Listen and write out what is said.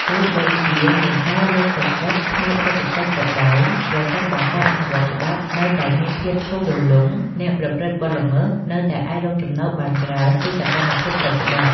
ទោះបីជាមានការលើកទឹកចិត្តផ្នែកសេដ្ឋកិច្ចក៏ដោយ ប្រសិនបើការអនុវត្តច្បាប់នៅតែមានភាពធូររលុង អ្នកប្រព្រឹត្តបទល្មើសនៅតែអាចរកចំណូលបានច្រើនពីសកម្មភាពខុសច្បាប់។